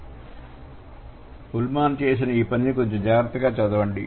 కాబట్టి ఉల్మాన్చేసిన ఈ పనిని కొంచెం జాగ్రత్తగా చదవండి